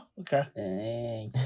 okay